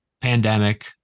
pandemic